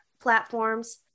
platforms